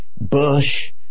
Bush